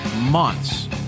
months